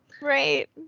right